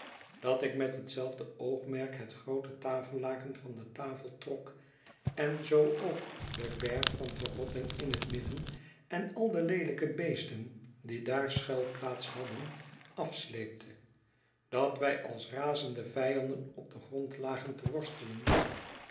dat ik met hetzelfde oogmerk het groote tafellaken van de tafel trok en zoo ook den berg van verrotting in het midden en al de leelijke beesten die daar schuilplaats hadden afsleepte dat wij als razende vijanden op den grond lagen te worstelen